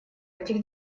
этих